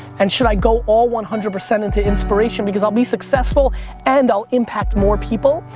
and, should i go all one hundred percent into inspiration because i'll be successful and i'll impact more people?